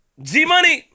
G-Money